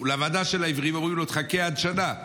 ובוועדה של העיוורים אומרים לו: תחכה עד שנה.